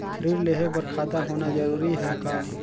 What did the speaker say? ऋण लेहे बर खाता होना जरूरी ह का?